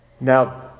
Now